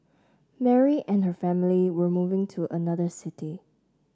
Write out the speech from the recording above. Mary and her family were moving to another city